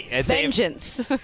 vengeance